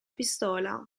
pistola